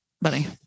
buddy